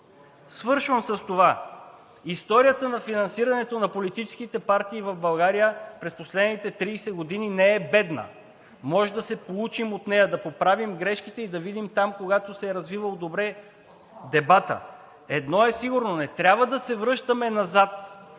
Свършвам с това, че историята на финансирането на политическите партии в България през последните 30 години не е бедна. Можем да се поучим от нея, да поправим грешките и да видим там, когато се е развивал добре дебатът. Едно е сигурно, че не трябва да се връщаме назад